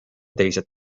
teised